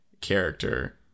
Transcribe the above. character